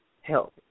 help